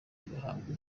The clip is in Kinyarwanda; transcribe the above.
bagahabwa